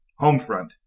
Homefront